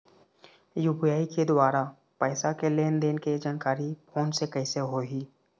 UPI के द्वारा पैसा के लेन देन के जानकारी फोन से कइसे होही?